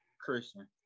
Christian